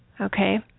Okay